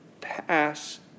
pass